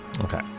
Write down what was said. Okay